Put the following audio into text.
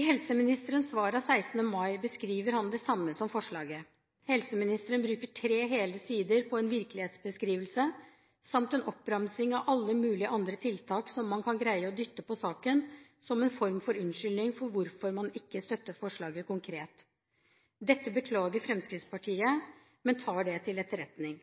I helseministerens svar av 16. mai beskriver han det samme som forslaget gjør. Helseministeren bruker tre hele sider på en virkelighetsbeskrivelse samt en oppramsing av alle mulige andre tiltak som man kan greie å dytte på saken – som en form for unnskyldning for at man ikke støtter forslaget konkret. Dette beklager Fremskrittspartiet, men tar det til etterretning.